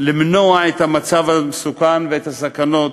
למנוע את המצב המסוכן ואת הסכנות